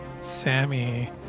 Sammy